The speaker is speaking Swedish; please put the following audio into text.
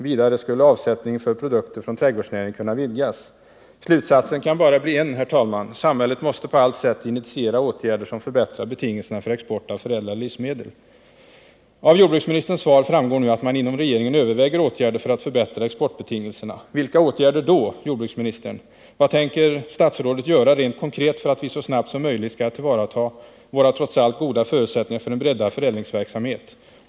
Vidare skulle avsättningen för produkter från trädgårdsnäringen kunna vidgas. Slutsatsen kan, herr talman, bara bli en: Samhället måste på allt sätt initiera åtgärder som förbättrar betingelserna för export av förädlade livsmedel. Av jordbruksministerns svar framgår nu att man inom regeringen överväger åtgärder för att förbättra exportbetingelserna. Vilka åtgärder är det då fråga om, herr jordbruksminister? Vad tänker jordbruksministern göra rent konkret för att vi så snabbt som möjligt skall kunna tillvarata våra trots allt goda förutsättningar för en breddad förädlingsverksamhet?